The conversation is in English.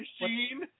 machine